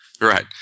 Right